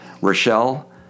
Rochelle